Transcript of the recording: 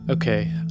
Okay